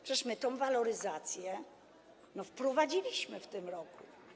Przecież my tę waloryzację wprowadziliśmy w tym roku.